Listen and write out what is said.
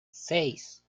seis